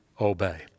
obey